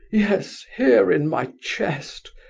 yes, here in my chest.